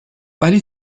ولی